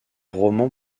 romans